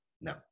no